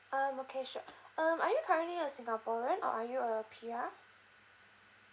um okay sure um are you currently a singaporean or are you a P_R